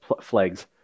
flags